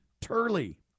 Turley